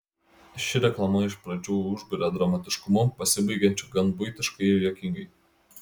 ši reklama iš pradžių užburia dramatiškumu pasibaigiančiu gan buitiškai ir juokingai